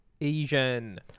Asian